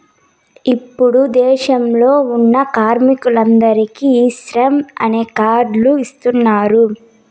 ఇప్పుడు దేశంలో ఉన్న కార్మికులందరికీ ఈ శ్రమ్ అనే కార్డ్ లు ఇస్తున్నారు